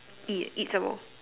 eat eat some more